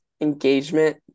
Engagement